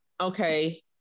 okay